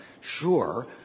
sure